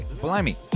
Blimey